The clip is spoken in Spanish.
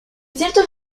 ciertos